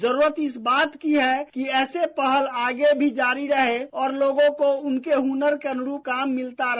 जरूरत इस बात की है कि ऐसी पहल आगे भी जारी रहे और लोगों को उनके हुनर के अनुरूप काम मिलता रहे